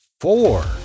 four